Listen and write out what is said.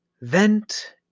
vent